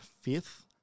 fifth